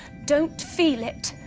don't feel it,